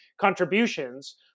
contributions